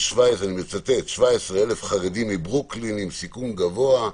מצטט 17,000 חרדים מברוקלין עם סיכון גבוה.